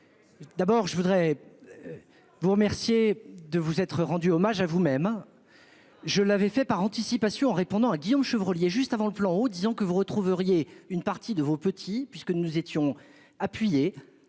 D'abord je voudrais. Vous remercier de vous être rendu hommage à vous-même hein. Je l'avais fait par anticipation en répondant à Guillaume Chevrollier, juste avant le plan au disons que vous retrouveriez une partie de vos petits puisque nous étions appuyé